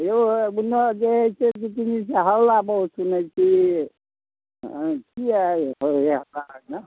हयौ जे आइ दू तीन दिनसँ हल्ला बहुत सुनै छी हँ किए होइ हइ हल्ला एना